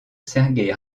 sergueï